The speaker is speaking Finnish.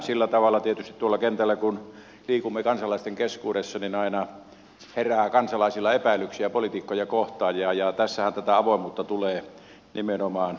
sillä tavalla tietysti kun tuolla kentällä liikumme kansalaisten keskuudessa aina herää kansalaisilla epäilyksiä poliitikkoja kohtaan ja tässähän tätä avoimuutta tulee nimenomaan ulospäin